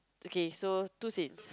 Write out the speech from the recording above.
okay so two seats